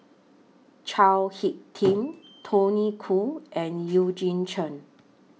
Chao Hick Tin Tony Khoo and Eugene Chen